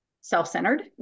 self-centered